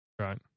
Right